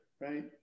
right